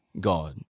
God